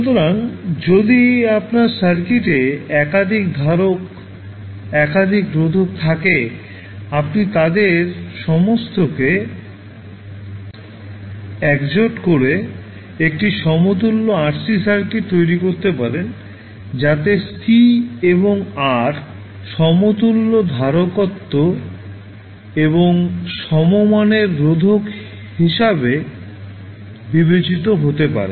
সুতরাং যদি আপনার সার্কিটের একাধিক ধারক একাধিক রোধক থাকে আপনি তাদের সমস্তকে একজোট করেএকটি সমতুল্য RC সার্কিট তৈরি করতে পারেন যাতে C এবং R সমতুল্য ধারকত্ব এবং সমমানের রোধ হিসাবে বিবেচিত হতে পারে